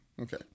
okay